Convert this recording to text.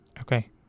Okay